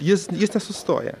jis nesustoja